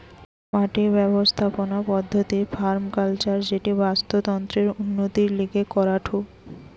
মাটির ব্যবস্থাপনার পদ্ধতির পার্মাকালচার যেটি বাস্তুতন্ত্রের উন্নতির লিগে করাঢু